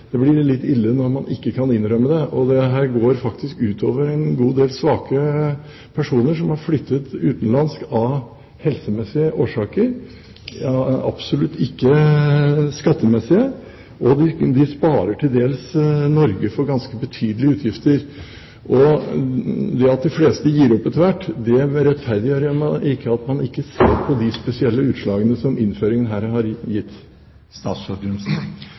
det blir litt ille når man ikke kan innrømme det. Dette går faktisk ut over en god del svake personer som har flyttet utenlands av helsemessige årsaker, absolutt ikke skattemessige. De sparer til dels Norge for ganske betydelige utgifter. Det at de fleste gir opp etter hvert, rettferdiggjør ikke at man ikke ser på de spesielle utslagene som innføringen her har gitt.